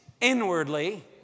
inwardly